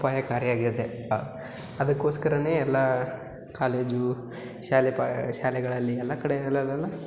ಉಪಾಯಕಾರಿಯಾಗಿದೆ ಅದಕ್ಕೋಸ್ಕರ ಎಲ್ಲಾ ಕಾಲೇಜು ಶಾಲೆ ಪಾ ಶಾಲೆಗಳಲ್ಲಿ ಎಲ್ಲ ಕಡೆ ಅಲ್ಲೆಲ್ಲೆಲ್ಲ